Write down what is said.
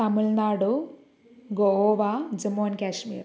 Tamil Nadu Goa Jammu and Kashmir